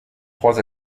trois